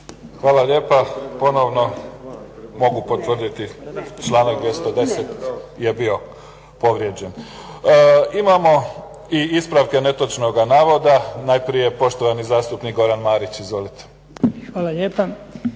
Hvala lijepo. Ponovno mogu potvrditi članak 210 je bio povrijeđen. Imamo i ispravke netočnoga navoda. Najprije poštovani zastupnik Goran Marić. Izvolite. **Marić,